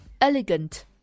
Elegant